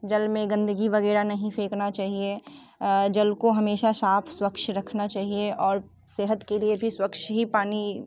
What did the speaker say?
जल में गंदगी वगैरह नहीं फेंकना चाहिए जल को हमेशा साफ स्वच्छ रखना चाहिए और सेहत के लिए भी स्वच्छ ही पानी